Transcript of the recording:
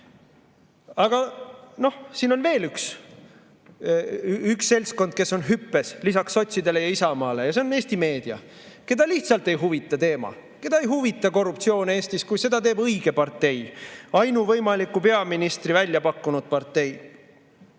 Aga siin on veel üks seltskond, kes on hüppes lisaks sotsidele ja Isamaale – see on Eesti meedia, keda lihtsalt ei huvita teema, keda ei huvita korruptsioon Eestis, kui seda teeb õige partei, ainuvõimaliku peaministri välja pakkunud partei.